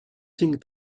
think